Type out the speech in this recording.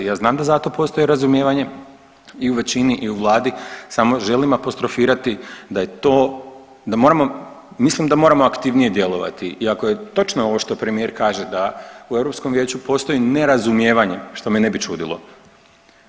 Ja znam da za to postoji razumijevanje i u većini i u vladi samo želim apostrofirati da je to, da moramo, mislim da moramo aktivnije djelovati i ako je točno ovo što premijer kaže da u Europskom vijeću postoji nerazumijevanje što me ne bi čudilo.